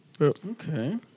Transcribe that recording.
Okay